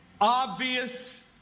obvious